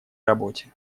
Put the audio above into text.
работе